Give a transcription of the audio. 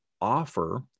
offer